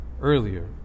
earlier